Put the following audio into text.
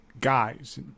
guys